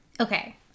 Okay